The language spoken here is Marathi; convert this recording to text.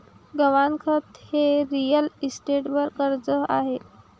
गहाणखत हे रिअल इस्टेटवर कर्ज आहे